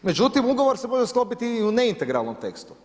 Međutim, ugovor se može sklopiti i u neintegralnom tekstu.